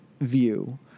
view